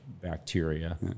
bacteria